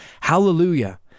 Hallelujah